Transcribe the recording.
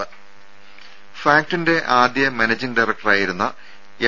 ദേദ ഫാക്ടിന്റെ ആദ്യ മാനേജിംഗ് ഡയറക്ടറായിരുന്ന എം